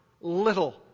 little